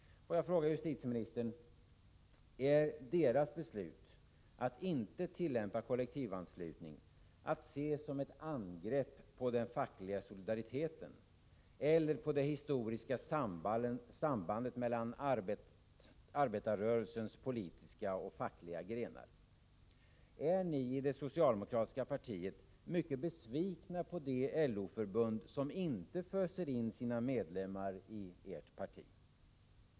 Får jag fråga justitieministern: Är dessa LO-förbunds beslut att inte tillämpa kollektivanslutning att se som ett angrepp på den fackliga solidariteten eller på det historiska sambandet mellan arbetarrörelsens politiska och fackliga grenar? Är ni i det socialdemokratiska partiet mycket besvikna på de LO-förbund som inte föser in sina medlemmar i ert parti?